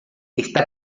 está